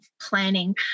planning